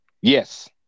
Yes